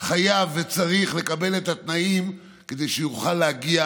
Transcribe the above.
חייב וצריך לקבל את התנאים כדי שיוכל להגיע